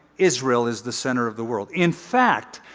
israel is the center of the world. in fact,